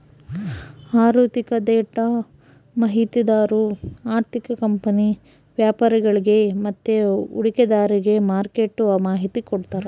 ಆಋಥಿಕ ಡೇಟಾ ಮಾಹಿತಿದಾರು ಆರ್ಥಿಕ ಕಂಪನಿ ವ್ಯಾಪರಿಗುಳ್ಗೆ ಮತ್ತೆ ಹೂಡಿಕೆದಾರ್ರಿಗೆ ಮಾರ್ಕೆಟ್ದು ಮಾಹಿತಿ ಕೊಡ್ತಾರ